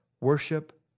Worship